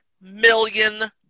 million